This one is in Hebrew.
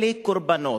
אלה קורבנות.